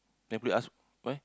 then police ask why